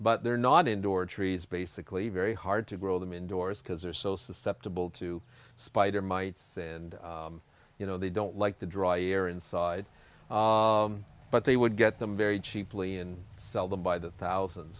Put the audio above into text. but they're not indoor trees basically very hard to grow them indoors because they're so susceptible to spider mites and you know they don't like the dry air inside but they would get them very cheaply and sell them by the thousand